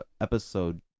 episode